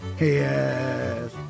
Yes